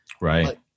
Right